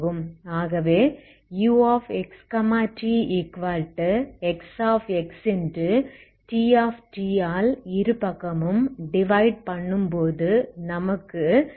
ஆகவே uxtXTt ஆல் இருபக்கமும் டிவைட் பண்ணும்போது நமக்குXxXxTtc2Tt